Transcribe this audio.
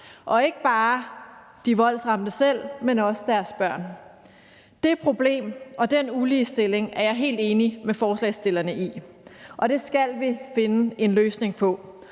og ikke bare de voldsramte selv, men også deres børn. Det problem og den uligestilling er jeg helt enig med forslagsstillerne i at der er, og det skal vi finde en løsning på.